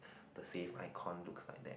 the save icon looks like that